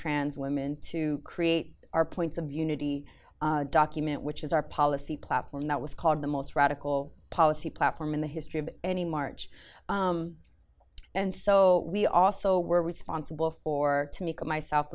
trans women to create our points of unity document which is our policy platform that was called the most radical policy platform in the history of any march and so we also were responsible for to make myself